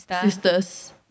sister's